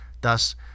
Thus